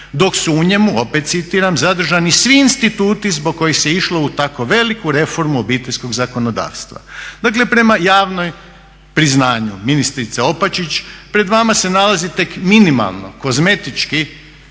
dok su u njemu", opet citiram "zadržani svi instituti zbog kojih se išlo u takvu veliku reformu Obiteljskog zakonodavstva". Dakle prema javnom priznanju ministrice Opačić pred vama se nalazi tek minimalno kozmetički